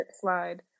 slide